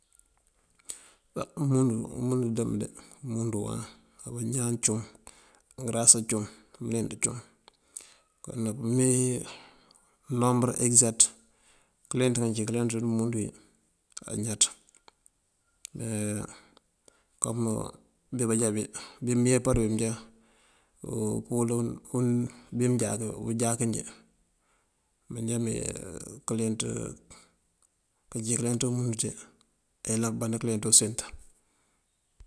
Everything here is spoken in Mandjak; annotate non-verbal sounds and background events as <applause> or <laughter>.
Á umúndu dëmb de, umúndu wáaŋ á bañaan cum, ngërása cum á ngëleenţ cum. Kon nak imee <hesitation> nombër ekëzakët këleenţ ngí cíyi këleenţ dí umúndu wí añaţ. Me kom bí bëjá, bí mëyepar bí mënjá <hesitation> puwúul <hesitation> bí mënjá unják njí, mënjá mee <hesitation> kaleenţ, <hesitation> kaleenţ umúndu ţí ayëlan pëband këleenţ useent.